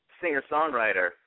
singer-songwriter